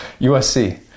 USC